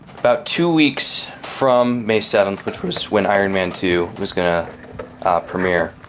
about two weeks from may seventh, which was when iron man two was gonna premiere.